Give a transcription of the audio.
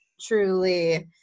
truly